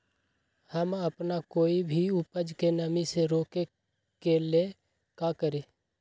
हम अपना कोई भी उपज के नमी से रोके के ले का करी?